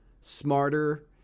smarter